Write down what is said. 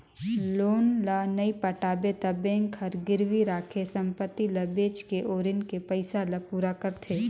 loan ल नइ पटाबे त बेंक हर गिरवी राखे संपति ल बेचके ओ रीन के पइसा ल पूरा करथे